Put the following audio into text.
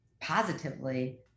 positively